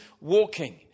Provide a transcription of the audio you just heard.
walking